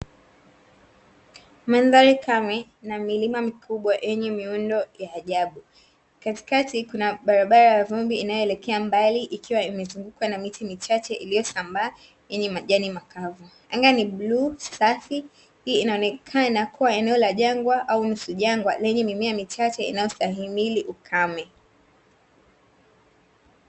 Mandhari kame na milima mikubwa yenye miundo ya ajabu, katikati kuna barabara ya vumbi inayoelekea mbali ikiwa imezungukwa na miti michache iliyosambaa yenye majani makavu. Anga ni bluu safi. Hii inaonekana kuwa eneo la jangwa au nusu jangwa, lenye mimea michache inayostahimili ukame.